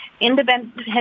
independent